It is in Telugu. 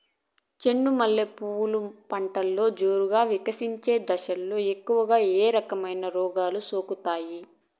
చెండు మల్లె పూలు పంటలో జోరుగా వికసించే దశలో ఎక్కువగా ఏ రకమైన రోగాలు సోకుతాయి?